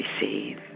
receive